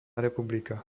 republika